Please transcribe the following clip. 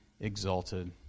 exalted